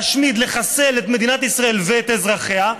להשמיד, לחסל את מדינת ישראל ואת אזרחיה,